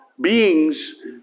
beings